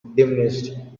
diminished